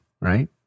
right